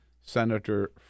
senator